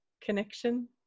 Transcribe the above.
connection